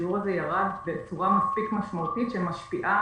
שהשיעור הזה ירד בצורה מספיק משמעותית שמשפיעה